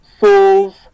souls